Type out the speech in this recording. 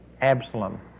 Absalom